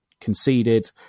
conceded